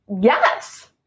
yes